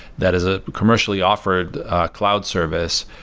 that is a commercially offered cloud service,